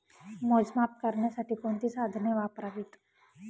मोजमाप करण्यासाठी कोणती साधने वापरावीत?